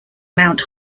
mount